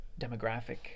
demographic